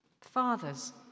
Fathers